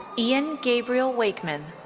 ian gabriel wakeman.